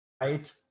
Right